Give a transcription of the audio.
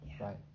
Right